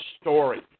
story